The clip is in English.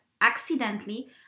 accidentally